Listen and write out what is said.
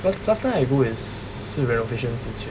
because the last time is 是 renovation 之前